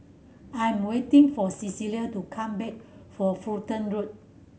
I'm waiting for Cecilia to come back from Fulton Road